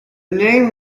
name